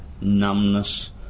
numbness